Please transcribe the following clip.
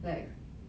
like